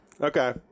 Okay